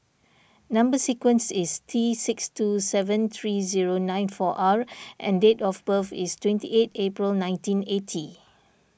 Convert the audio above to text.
Number Sequence is T six two seven three zero nine four R and date of birth is twenty eight April nineteen eighty